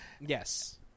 Yes